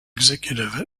executive